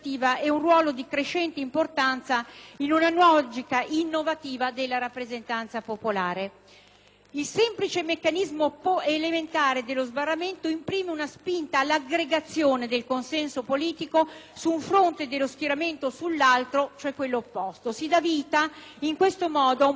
Il semplice meccanismo elettorale dello sbarramento imprime una spinta all'aggregazione del consenso politico su un fronte dello schieramento o sull'altro, cioè quello opposto. Si dà vita, in questo modo, ad un processo positivo che può indurre i partiti più piccoli a ricondurre la loro funzione